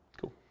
Cool